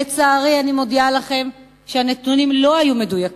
לצערי, אני מודיעה לכם שהנתונים לא היו מדויקים.